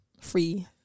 free